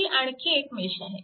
ही आणखी एक मेश आहे